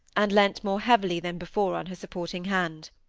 and leant more heavily than before on her supporting hand.